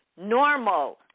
Normal